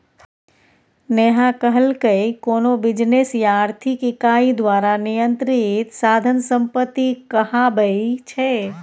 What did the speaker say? नेहा कहलकै कोनो बिजनेस या आर्थिक इकाई द्वारा नियंत्रित साधन संपत्ति कहाबै छै